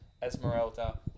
Esmeralda